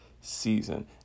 season